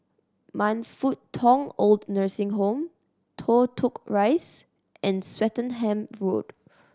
Man Fut Tong OId Nursing Home Toh Tuck Rise and Swettenham Road